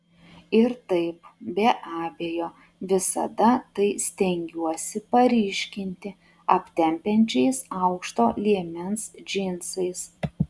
ir taip be abejo visada tai stengiuosi paryškinti aptempiančiais aukšto liemens džinsais